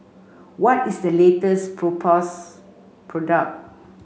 what is the latest Propass product